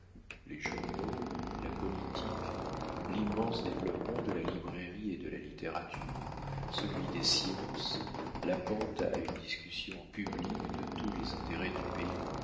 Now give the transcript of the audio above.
les journaux la politique l'immense développement de la librairie et de la littérature celui des sciences la pente à une discussion publique de tous les intérêts du pays